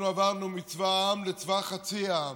אנחנו עברנו מצבא העם לצבא חצי העם,